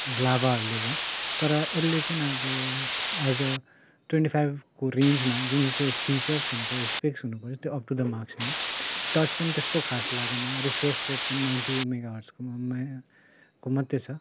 लाभाहरूले भयो तर यसले चाहिँ अब एज अ ट्वेन्टी फाइभको रेन्जमा जुन चाहिँ फिचर्स हुनुपऱ्यो स्केपस हुनुपऱ्यो त्यो अप टू द माक्स छैन टच पनि त्यस्तो खास लागेन रिफ्रेस रेट पनि नाइन्टी मेगा हजकोमा को मात्रै छ